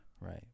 right